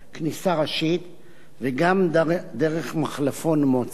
כניסה ראשית, וגם דרך מחלפון מוצא.